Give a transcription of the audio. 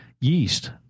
Yeast